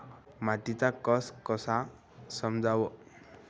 मातीचा कस कसा समजाव?